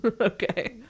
okay